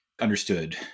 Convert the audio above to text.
understood